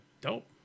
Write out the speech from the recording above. Dope